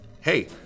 hey